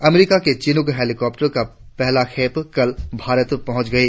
अमरीका से चिन्रक हैलीकॉप्टरों की पहली खेप कल भारत पहुंच गई